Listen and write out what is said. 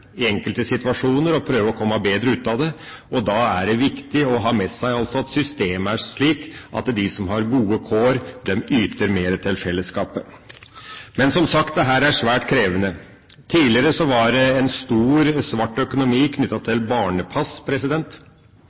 i enkelte situasjoner å prøve å komme bedre ut av det, og da er det viktig å ha med seg at systemet er slik at de som har gode kår, yter mer til fellesskapet. Men som sagt: Dette er svært krevende. Tidligere var det en stor svart økonomi knyttet til barnepass.